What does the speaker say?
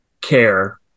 care